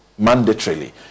mandatorily